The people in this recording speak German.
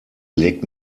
legt